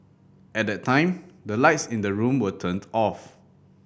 at that time the lights in the room were turned off